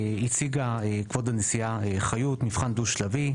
הציגה כבוד הנשיאה חיות מבחן דו שלבי.